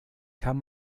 kann